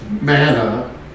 manna